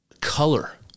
Color